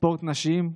ספורט נשים,